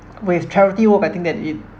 with charity work I think that it